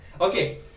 Okay